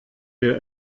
wir